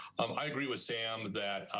um i agree with sam that